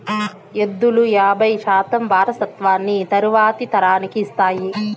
ఎద్దులు యాబై శాతం వారసత్వాన్ని తరువాతి తరానికి ఇస్తాయి